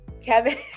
Kevin